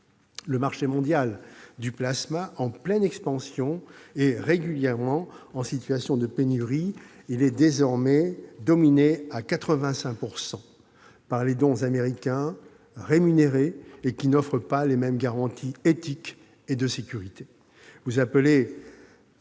Le marché mondial du plasma, en pleine expansion et régulièrement en situation de pénurie, est désormais dominé à 85 % par les dons américains, rémunérés, qui n'offrent pas les mêmes garanties éthiques et de sécurité. Vous appelez